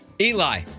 Eli